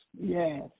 Yes